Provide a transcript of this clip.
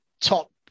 top